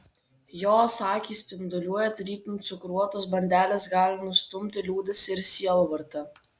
jos akys spinduliuoja tarytum cukruotos bandelės gali nustumti liūdesį ir sielvartą